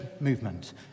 movement